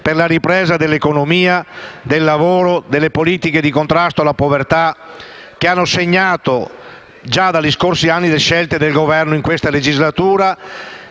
per la ripresa dell'economia, del lavoro e delle politiche di contrasto alla povertà, che hanno segnato già dagli scorsi anni le scelte del Governo in questa legislatura